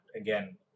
again